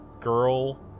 girl